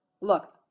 Look